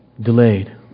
delayed